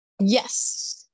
Yes